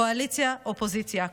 קואליציה-אופוזיציה,